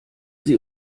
sie